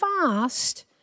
fast